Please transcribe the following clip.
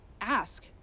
ask